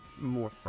more